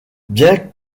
bien